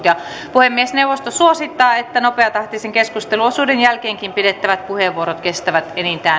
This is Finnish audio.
puhemiesneuvosto suosittaa että nopeatahtisen keskusteluosuuden jälkeenkin pidettävät puheenvuorot kestävät